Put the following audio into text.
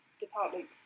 departments